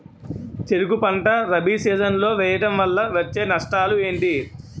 చెరుకు పంట రబీ సీజన్ లో వేయటం వల్ల వచ్చే నష్టాలు ఏంటి?